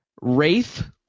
Wraith